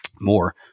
more